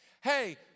hey